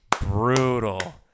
brutal